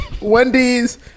Wendy's